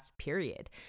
period